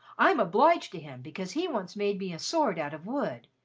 i'm obliged to him because he once made me a sword out of wood.